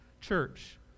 church